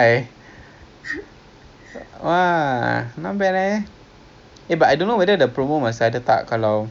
segway is fifteen token tapi five hundred meter saja lah half a K_M